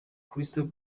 crystal